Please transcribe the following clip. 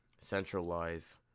centralize